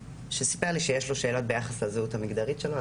שסיפר לי שיש לו שאלות ביחס לזהות המגדרית שלו.